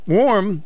warm